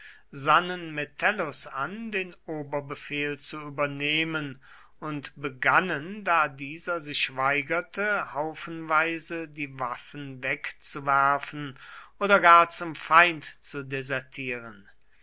metellus an den oberbefehl zu übernehmen und begannen da dieser sich weigerte haufenweise die waffen wegzuwerfen oder gar zum feind zu desertieren